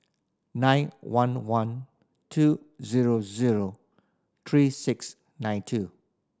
nine one one two zero zero three six nine two